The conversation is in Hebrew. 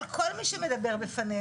על כל מי שמדבר בפנינו